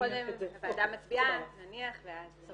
--- קודם הוועדה מצביעה, נניח ואז.